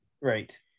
Right